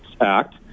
Act